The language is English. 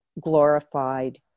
glorified